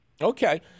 Okay